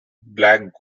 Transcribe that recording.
black